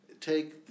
take